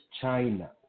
China